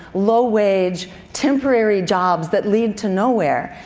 low-wage, temporary jobs that lead to nowhere,